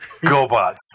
GoBots